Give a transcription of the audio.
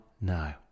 No